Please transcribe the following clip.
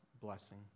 blessing